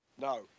No